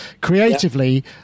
creatively